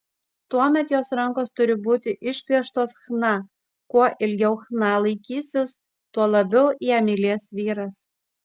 tuomet jos rankos turi būti išpieštos chna kuo ilgiau chna laikysis tuo labiau ją mylės vyras